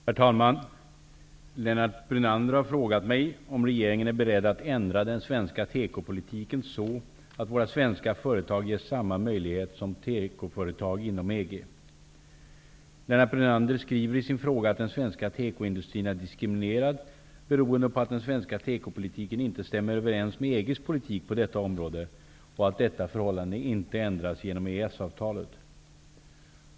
Herr talman! Lennart Brunander har frågat mig om regeringen är beredd att ändra den svenska tekopolitiken så att våra svenska företag ges samma möjligheter som tekoföretag inom EG. Lennart Brunander skriver i sin fråga att den svenska tekoindustrin är diskriminerad beroende på att den svenska tekopolitiken inte stämmer överens med EG:s politik på detta område och att detta förhållande inte ändras genom EES-avtalet.